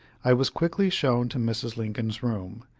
i was quickly shown to mrs. lincoln's room,